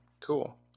cool